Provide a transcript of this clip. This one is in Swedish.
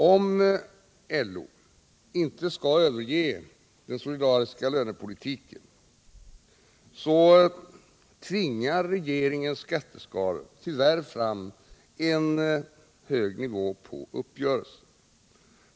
Om LO inte skall överge den solidariska lönepolitiken tvingar regeringens skatteskalor tyvärr fram en hög nivå på uppgörelsen.